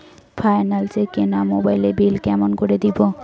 Finance এ কিনা মোবাইলের বিল কেমন করে দিবো?